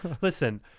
listen